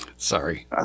Sorry